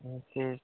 हां ते